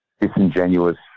disingenuous